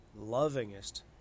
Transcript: lovingest